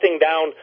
down